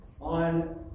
on